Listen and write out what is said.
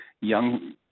young